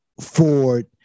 Ford